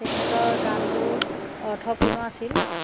তেখেতৰ গানবোৰ অৰ্থপূৰ্ণ আছিল